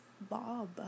bob